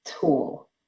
tool